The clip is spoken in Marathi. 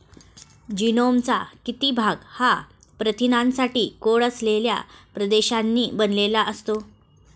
जीनोमचा किती भाग हा प्रथिनांसाठी कोड असलेल्या प्रदेशांनी बनलेला असतो?